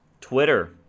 Twitter